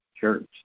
Church